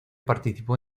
participó